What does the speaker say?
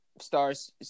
Stars